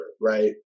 right